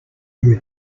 your